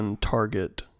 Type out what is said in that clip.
target